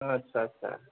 आस्सा आस्सा